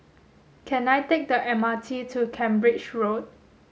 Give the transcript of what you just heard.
can I take the M R T to Cambridge Road